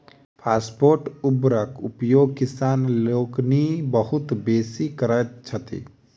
phosphate उर्वरकक उपयोग किसान लोकनि बहुत बेसी करैत छथि